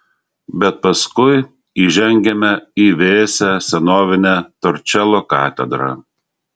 bet paskui įžengiame į vėsią senovinę torčelo katedrą